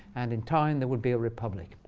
and in time, there would be a republic.